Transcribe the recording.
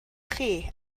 chi